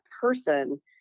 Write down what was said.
person